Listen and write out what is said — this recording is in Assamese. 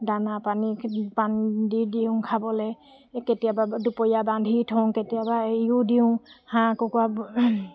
দানা পানী পানী দি দিওঁ খাবলৈ কেতিয়াবা দুপৰীয়া বান্ধি থওঁ কেতিয়াবা এৰিও দিওঁ হাঁহ কুকুৰাবোৰ